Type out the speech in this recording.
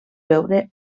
veure